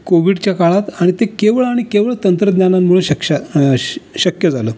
कोविडच्या काळात आणि ते केवळ आणि केवळ तंत्रज्ञानानमुळं शकक्ष् श् शक्य झालं